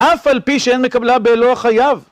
אף על פי שאין מקבלה באלוה חייו.